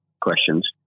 questions